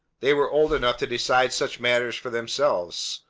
they were old enough to decide such matters for themselves.